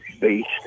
beast